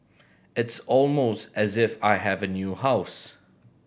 it's almost as if I have a new house